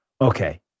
Okay